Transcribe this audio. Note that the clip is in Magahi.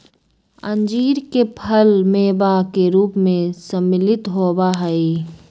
अंजीर के फल मेवा के रूप में सम्मिलित होबा हई